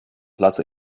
lasse